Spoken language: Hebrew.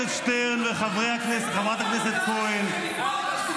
חבר הכנסת שטרן וחברת הכנסת כהן,